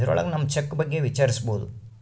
ಇದ್ರೊಳಗ ನಮ್ ಚೆಕ್ ಬಗ್ಗೆ ವಿಚಾರಿಸ್ಬೋದು